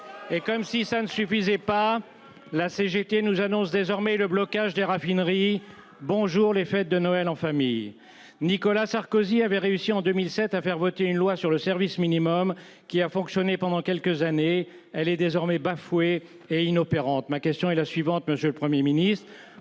Comme si cela ne suffisait pas, la CGT nous annonce désormais le blocage des raffineries. Bonjour, les fêtes de Noël en famille ! Bonjour, la démagogie ! Nicolas Sarkozy avait réussi, en 2007, à faire adopter une loi sur le service minimum qui a fonctionné pendant quelques années. Elle est désormais bafouée et inopérante. Ma question est la suivante, monsieur le Premier ministre